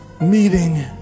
meeting